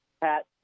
Pat